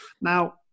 Now